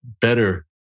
better